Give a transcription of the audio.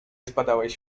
zbadałeś